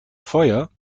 feuer